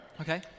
Okay